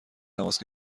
تماس